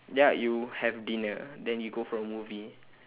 ya you have dinner then you go for a movie